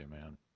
Amen